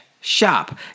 Shop